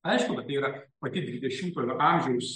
aišku kad tai yra pati dvidešimtojo amžiaus